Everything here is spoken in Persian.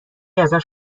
ازش